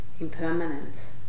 impermanence